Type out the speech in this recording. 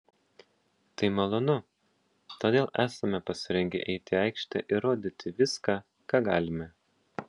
tai malonu todėl esame pasirengę eiti į aikštę ir rodyti viską ką galime